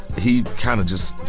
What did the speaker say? he kind of just,